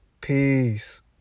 Peace